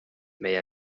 meie